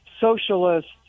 socialists